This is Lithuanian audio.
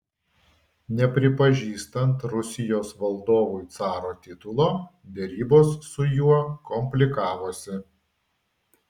nepripažįstant rusijos valdovui caro titulo derybos su juo komplikavosi